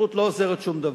התפטרות לא עוזרת בשום דבר,